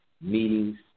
meetings